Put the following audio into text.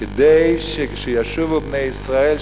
כדי שכשישובו בני-ישראל,